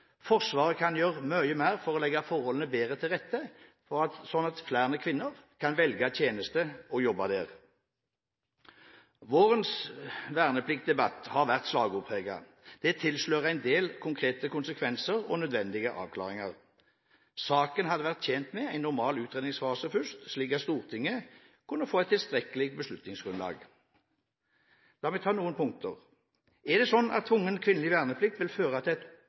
Forsvaret kan gjøre mye mer for å legge forholdene bedre til rette sånn at flere kvinner velger tjeneste og jobb der. Vårens vernepliktdebatt har vært slagordpreget. Det tilslører en del konkrete konsekvenser og nødvendige avklaringer. Saken hadde vært tjent med en normal utredningsfase først, slik at Stortinget kunne fått et tilstrekkelig beslutningsgrunnlag. La meg ta noen punkter. Er det slik at tvungen kvinnelig verneplikt vil føre til